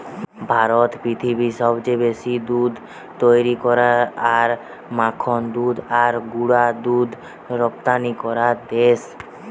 ভারত পৃথিবীর সবচেয়ে বেশি দুধ তৈরী করা আর মাখন দুধ আর গুঁড়া দুধ রপ্তানি করা দেশ